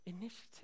initiative